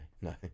No